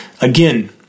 Again